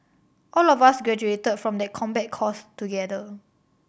all of us graduated from that combat course together